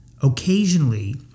occasionally